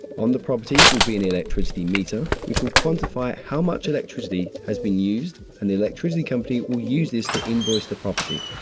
on the property will be an electricity meter which will quantify how much electricity has been used and the electricity company will use this to invoice the property.